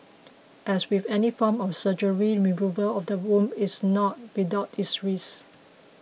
as with any form of surgery removal of the womb is not without its risks